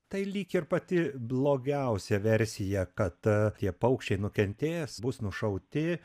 tai lyg ir pati blogiausia versija kad tie paukščiai nukentės bus nušauti